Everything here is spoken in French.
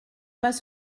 pas